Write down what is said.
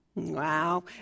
wow